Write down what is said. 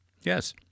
Yes